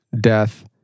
death